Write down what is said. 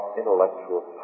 intellectual